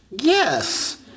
Yes